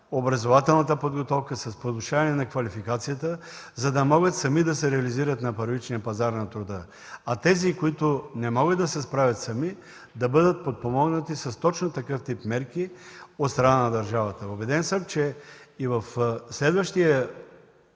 Убеден съм, че и в следващия